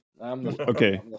Okay